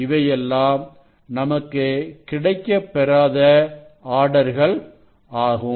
இவையெல்லாம் நமக்கு கிடைக்கப்பெறாத ஆர்டர்கள் ஆகும்